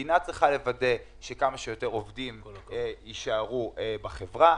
המדינה צריכה לוודא שכמה שיותר עובדים יישארו בחברה,